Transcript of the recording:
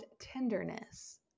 tenderness